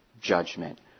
judgment